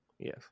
yes